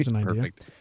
Perfect